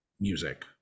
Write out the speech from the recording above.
Music